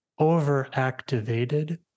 overactivated